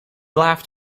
laughed